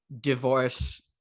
divorce